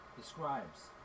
describes